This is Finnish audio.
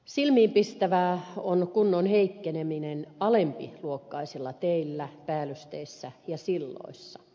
silmiinpistävää on kunnon heikkeneminen alempiluokkaisilla teillä päällysteissä ja silloissa